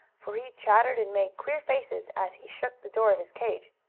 for he chattered and made queer faces as he shook the door of his cage.